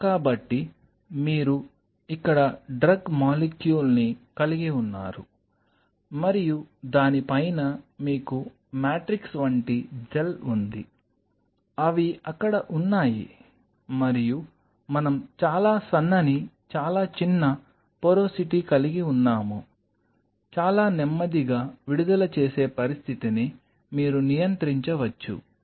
కాబట్టి మీరు ఇక్కడ డ్రగ్ మోలిక్యూల్ ని కలిగి ఉన్నారు మరియు దాని పైన మీకు మాట్రిక్స్ వంటి జెల్ ఉంది అవి అక్కడ ఉన్నాయి మరియు మనం చాలా సన్నని చాలా చిన్న పోరోసిటీ కలిగి ఉన్నాము చాలా నెమ్మదిగా విడుదల చేసే పరిస్థితిని మీరు నియంత్రించవచ్చు